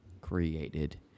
created